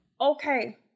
Okay